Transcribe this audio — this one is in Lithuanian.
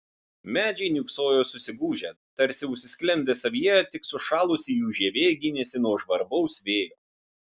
medžiai niūksojo susigūžę tarsi užsisklendę savyje tik sušalusi jų žievė gynėsi nuo žvarbaus vėjo